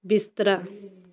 ਬਿਸਤਰਾ